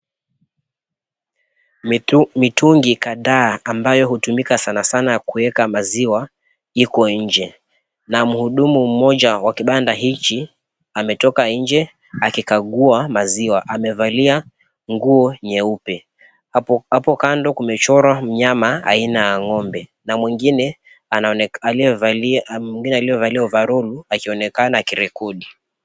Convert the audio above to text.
Mitungi kadhaa ambayo hutumika sana sana kueka maziwa, iko nje na mhudumu mmoja wa kibanda hichi ametoka nje akikagua maziwa, amevalia nguo nyeupe. Hapo kando kumechorwa mnyama aina ya ng'ombe na mwingine aliyevalia ovarolu akionekana akirekodi.